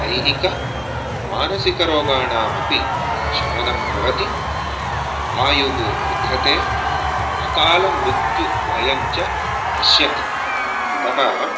दैहिकमानसिकरोगाणाम् अपि क्षमनं भवति आयुः वर्धते अकालमृत्युभयञ्च नश्यति अतः